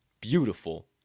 beautiful